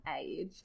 age